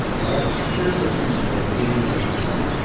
however, here's where things can go dangerously wrong.